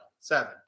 seven